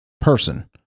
person